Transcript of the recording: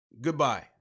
goodbye